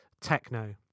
techno